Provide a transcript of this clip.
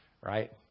right